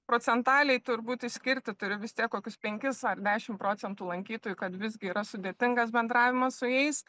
procentaliai turbūt išskirti turiu vis tiek kokius penkis ar dešim procentų lankytojų kad visgi yra sudėtingas bendravimas su jais